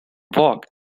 vogue